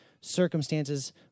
circumstances